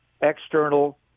external